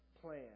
plan